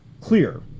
clear